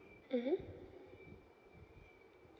mmhmm